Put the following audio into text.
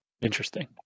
Interesting